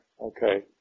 okay